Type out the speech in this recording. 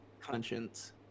conscience